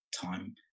time